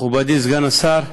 מכובדי סגן השר,